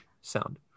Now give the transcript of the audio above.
sound